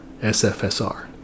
SFSR